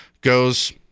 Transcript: goes